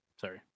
Sorry